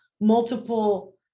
multiple